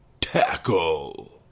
Tackle